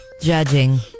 Judging